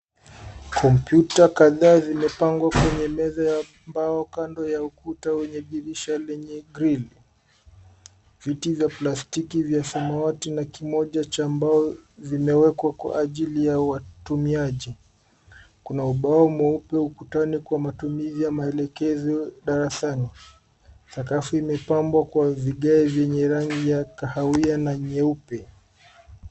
Kompyuta kadhaa zimepangwa kwenye meza ya mbao kando ya ukuta wenye dirisha lenye grilli . Viti vya plastiki vya samawati na kimoja cha mbao vimewekwa kwa ajili ya watumiaji. Kuna ubao mweupe ukutani kwa matumizi ya maelekezo darasani. Sakafu imepambwa kwa vigae vyenye rangi ya kahawia na nyeupe.